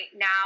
now